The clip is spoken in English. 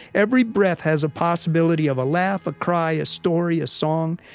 every breath has a possibility of a laugh, a cry, a story, a song.